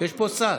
יש פה שר.